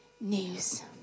news